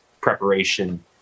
preparation